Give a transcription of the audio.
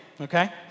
okay